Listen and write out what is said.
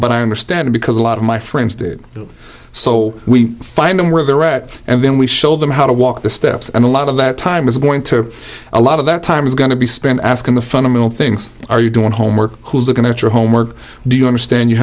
but i understand because a lot of my friends did so we find them where they're at and then we show them how to walk the steps and a lot of that time is going to a lot of that time is going to be spent asking the fundamental things are you doing homework who's going to your homework do you understand you